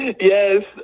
Yes